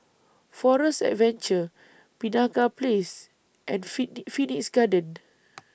Forest Adventure Penaga Place and Phoenix Garden